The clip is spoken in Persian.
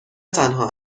تنها